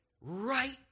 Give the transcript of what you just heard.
right